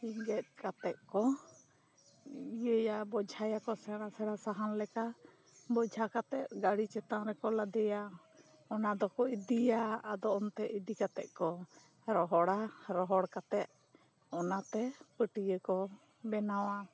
ᱜᱮᱫ ᱠᱟᱛᱮ ᱠᱚ ᱤᱭᱟᱹᱭᱟ ᱵᱳᱡᱷᱟᱭᱟ ᱠᱚ ᱥᱮᱲᱟ ᱥᱮᱲᱟ ᱥᱟᱦᱟᱱ ᱞᱮᱠᱟ ᱵᱳᱡᱷᱟ ᱠᱟᱛᱮ ᱜᱟᱹᱰᱤ ᱪᱮᱛᱟᱱ ᱨᱮᱠᱚ ᱞᱟᱫᱮᱭᱟ ᱚᱱᱟ ᱫᱚᱠᱚ ᱤᱫᱤᱭᱟ ᱟᱫᱚ ᱚᱱᱛᱮ ᱤᱫᱤᱠᱟᱛᱮ ᱠᱚ ᱨᱚᱦᱚᱲᱟ ᱨᱚᱦᱚᱲ ᱠᱟᱛᱮ ᱚᱱᱟᱛᱮ ᱯᱟᱹᱴᱤᱭᱟᱹ ᱠᱚ ᱵᱮᱱᱟᱣᱟ